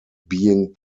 being